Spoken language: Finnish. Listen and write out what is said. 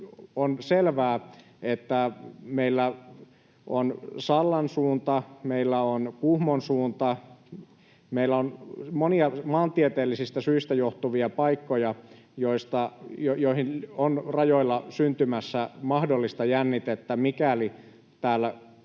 On selvää, että meillä on Sallan suunta, meillä on Kuhmon suunta, meillä on monia maantieteellisistä syistä johtuvia paikkoja, joihin on rajoilla syntymässä mahdollista jännitettä, mikäli täällä